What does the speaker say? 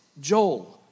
Joel